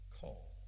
call